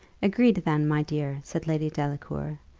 agreed, then, my dear! said lady delacour.